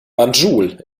banjul